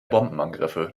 bombenangriffe